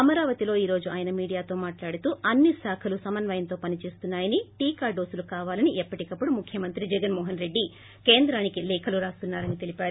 అమరావతిలో ఈ రోజు ఆయన మీడియాతో మాట్లాడుతూ అన్ని శాఖలు సమన్వయంతో పని చేస్తున్నాయని టీకా డోసులు కావాలని ఎప్పటికప్పుడు ముఖ్యమంత్రి జగన్మో హన్ రెడ్లి కేంద్రానికి లేఖలు రాస్తున్నా రని తెలిపారు